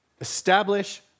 establish